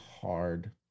hard